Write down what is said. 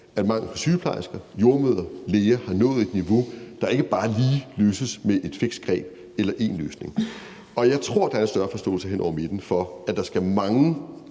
at manglen på sygeplejersker, jordemødre og læger har nået et niveau, der ikke bare lige løses med et fikst greb eller én løsning, og jeg tror, der er en større forståelse hen over midten for, at der skal mange